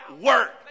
work